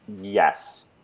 Yes